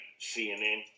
CNN